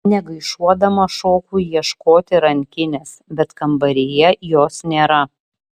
negaišuodama šoku ieškoti rankinės bet kambaryje jos nėra